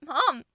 Mom